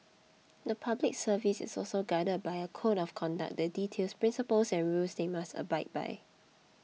the Public Service is also guided by a code of conduct that details principles and rules they must abide by